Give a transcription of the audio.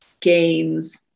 gains